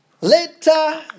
Later